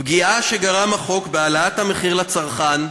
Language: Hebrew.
פגיעה שגרם החוק בהעלאת המחיר לצרכן,